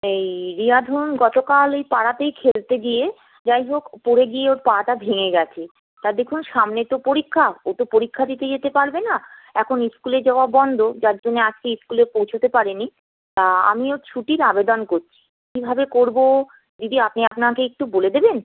এই রিয়া ধরুন গতকাল ঐ পাড়াতেই খেলতে গিয়ে যাই হোক পড়ে গিয়ে ওর পাটা ভেঙে গেছে তা দেখুন সামনে তো পরীক্ষা ও তো পরীক্ষা দিতে যেতে পারবে না এখন স্কুলে যাওয়া বন্ধ যার জন্যে আজকে স্কুলে পৌঁছতে পারেনি তা আমি ওর ছুটির আবেদন করছি কীভাবে করবো দিদি আপনি আপনাকে একটু বলে দেবেন